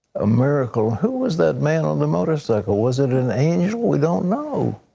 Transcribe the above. a miracle. who was that man on the motorcycle? was it an angel? we don't know.